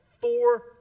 four